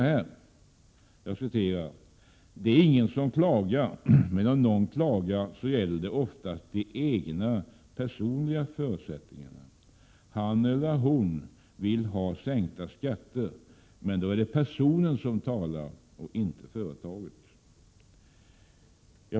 Han sade: Det är ingen som klagar, men om någon klagar gäller det oftast de egna, personliga förutsättningarna. Han eller hon vill ha sänkta skatter, men då är det personen som talar, inte företaget.